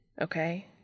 okay